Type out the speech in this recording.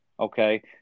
Okay